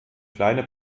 kleine